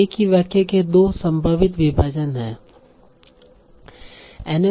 तो एक ही वाक्य के दो संभावित विभाजन हैं